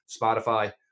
Spotify